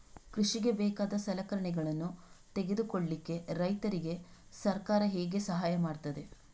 ಕೃಷಿಗೆ ಬೇಕಾದ ಸಲಕರಣೆಗಳನ್ನು ತೆಗೆದುಕೊಳ್ಳಿಕೆ ರೈತರಿಗೆ ಸರ್ಕಾರ ಹೇಗೆ ಸಹಾಯ ಮಾಡ್ತದೆ?